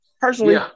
Personally